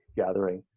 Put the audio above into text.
gathering.